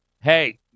Hey